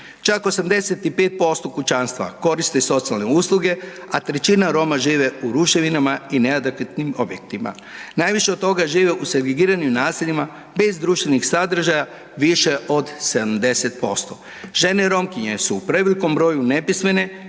Čak 85% kućanstava koriste socijalne usluge, a 1/3 Roma žive u ruševinama i neadekvatnim objektima. Najviše od toga žive u segregiranim naseljima bez društvenih sadržaja više od 70%. Žene Romkinje su u prevelikom broju nepismene,